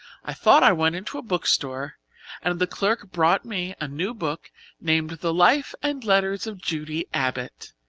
i thought i went into a book store and the clerk brought me a new book named the life and letters of judy abbott.